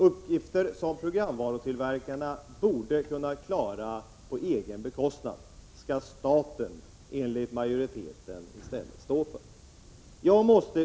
Uppgifter som programvarutillverkarna borde kunna klara på egen bekostnad skall, enligt majoritetens uppfattning, i stället staten stå för.